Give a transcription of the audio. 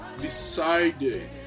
decided